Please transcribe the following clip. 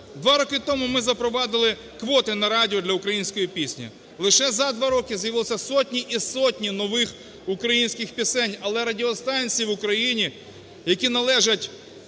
Два роки тому ми запровадили квоти на радіо для української пісні, лише за 2 роки з'явилися сотні і сотні нових українських пісень. Але радіостанції в Україні, які належать